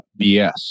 BS